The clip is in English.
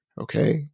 Okay